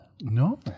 No